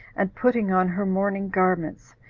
and putting on her mourning garments,